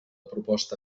proposta